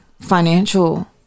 financial